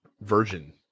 version